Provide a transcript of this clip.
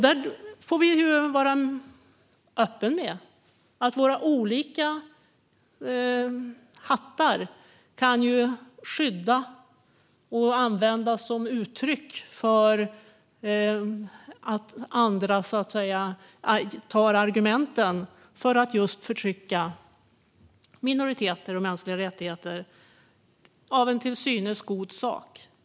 Där får vi vara öppna med att våra olika hattar kan skydda och användas som argument för att förtrycka minoriteter och mänskliga rättigheter för en till synes god sak.